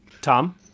Tom